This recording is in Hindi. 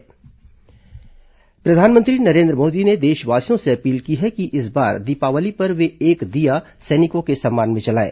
प्रधानमंत्री अपील प्रधानमंत्री नरेन्द्र मोदी ने देशवासियों से अपील की है कि इस बार दीपावली पर वे एक दीया सैनिकों के सम्मान में जलाएं